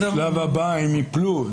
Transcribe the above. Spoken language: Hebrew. בשלב הבא הם ייפלו,